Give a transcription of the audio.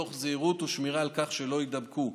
תוך זהירות ושמירה על כך שלא יידבקו.